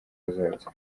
hazaza